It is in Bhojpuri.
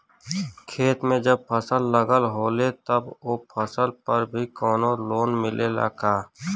खेत में जब फसल लगल होले तब ओ फसल पर भी कौनो लोन मिलेला का?